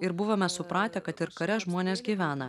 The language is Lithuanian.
ir buvome supratę kad ir kare žmonės gyvena